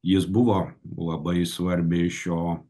jis buvo labai svarbi šio